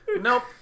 Nope